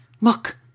Look